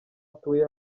atuye